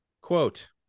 Quote